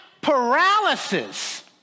paralysis